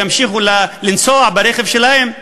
ימשיכו לנסוע ברכב שלהם,